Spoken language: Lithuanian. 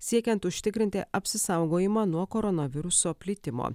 siekiant užtikrinti apsisaugojimą nuo koronaviruso plitimo